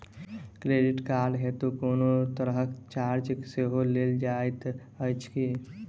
Credit card हेतु कोनो तरहक चार्ज सेहो लेल जाइत अछि की?